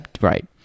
Right